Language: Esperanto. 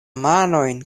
manojn